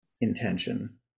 intention